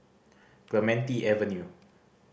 Clementi Avenue